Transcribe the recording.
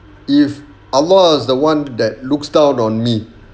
if allah is the one that looks down on me